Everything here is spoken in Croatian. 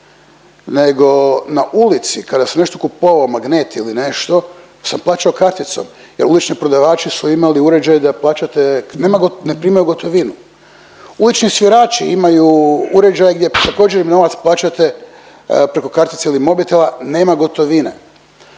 nego na ulici kada si nešto kupovao magnet ili nešto sam plaćao karticom jer ulični prodavači su imali uređaj da plaćate, nema, ne primaju gotovinu. Ulični svirači imaju uređaj gdje također im novac plaćate preko kartice ili mobitela nema gotovine.